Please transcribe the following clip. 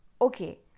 Okay